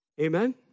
Amen